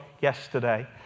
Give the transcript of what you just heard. yesterday